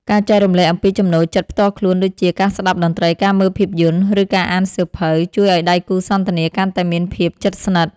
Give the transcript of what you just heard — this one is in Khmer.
ការចែករំលែកអំពីចំណូលចិត្តផ្ទាល់ខ្លួនដូចជា ការស្ដាប់តន្ត្រី ការមើលភាពយន្ត ឬការអានសៀវភៅ ជួយឱ្យដៃគូសន្ទនាកាន់តែមានភាពជិតស្និទ្ធ។